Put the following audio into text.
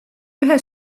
ühe